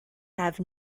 have